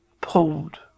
pulled